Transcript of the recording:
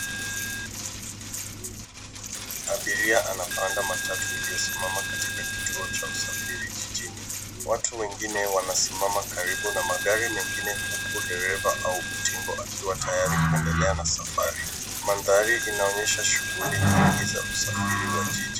Abiria anapanda matatu iliyosimama katika kituo cha usafiri jijini. Watu wengine wanasimama karibu na magari mengine huku dereva au utingo akiwa tayari kuendelea na safari. Mandhari inaonyesha shughuli nyinyi za usafiri wa jiji.